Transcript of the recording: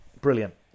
brilliant